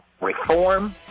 reform